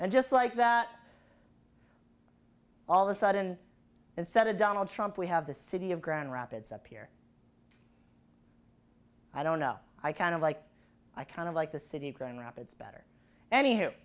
and just like that all the sudden it said to donald trump we have the city of grand rapids up here i don't know i kind of like i kind of like the city of grand rapids better anywhere